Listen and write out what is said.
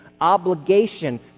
obligation